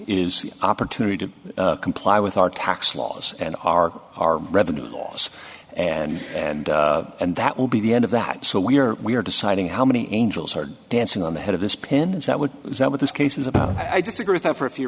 the opportunity to comply with our tax laws and our our revenue laws and and and that will be the end of that so we are we are deciding how many angels are dancing on the head of this pin is that what is that what this case is about i disagree with that for a few